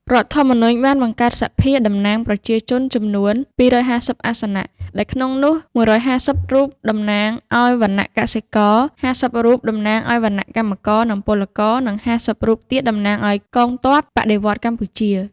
រដ្ឋធម្មនុញ្ញ បានបង្កើតសភាតំណាងប្រជាជនចំនួន២៥០ អាសនៈ ដែល ក្នុងនោះ ១៥០ រូបតំណាងឱ្យ វណ្ណៈកសិករ ៥០ រូបតំណាងឱ្យ វណ្ណៈកម្មករនិងពលករ និង៥០ រូបទៀតតំណាងឱ្យកងទ័ព បដិវត្តន៍កម្ពុជា ។